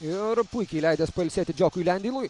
ir puikiai leidęs pailsėti džiokui lendeilui